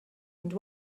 and